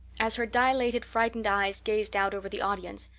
as her dilated, frightened eyes gazed out over the audience,